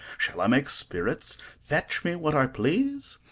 shall i make spirits fetch me what i please,